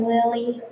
Lily